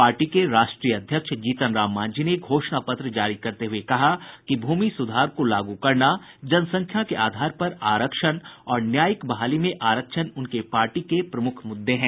party के राष्ट्रीय अध्यक्ष जीतन राम मांझी ने घोषणा पत्र जारी करते हुये कहा कि भूमि सुधार को लागू करना जनसंख्या के आधार पर आरक्षण और न्यायिक बहाली में आरक्षण उनके पार्टी के प्रमुख मुद्दे हैं